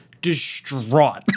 distraught